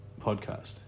podcast